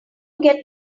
get